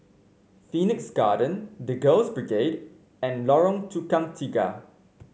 Phoenix Garden The Girls Brigade and Lorong Tukang Tiga